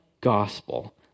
gospel